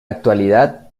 actualidad